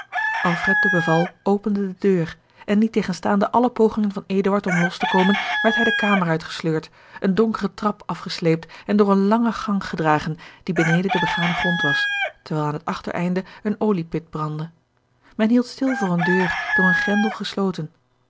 opende de deur en niettegenstaande alle pogingen van eduard om los te komen werd hij de kamer uitgesleurd een donkeren trap afgesleept en door een langen gang gedragen die beneden den beganen grond was terwijl aan het achtereinde eene oliegeorge een ongeluksvogel pit brandde men hield stil voor eene deur door een grendel gesloten